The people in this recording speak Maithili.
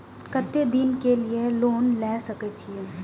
केते दिन के लिए लोन ले सके छिए?